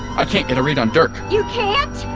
i can't get a read on dirk you can't?